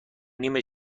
نیم